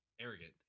arrogant